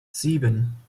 sieben